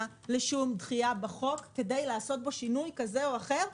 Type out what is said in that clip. לשום דחייה בחוק כדי לעשות בו שינוי כזה או אחר,